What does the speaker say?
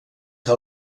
què